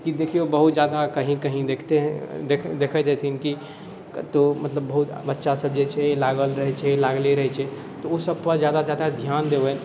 कि देखियौ बहुत ज्यादा कहीँ कहीँ देखते देखैत हेथिन की कतहु मतलब बहुत बच्चासभ से जे छै लागल रहै छै लागले रहै छै तऽ ओसभपर ज्यादासँ ज्यादा ध्यान देबय लए